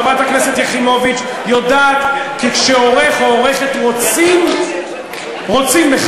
חברת הכנסת יחימוביץ יודעת שכשעורך או עורכת רוצים בכך,